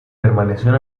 permaneció